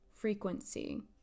frequency